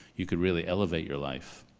you could really elevate your life.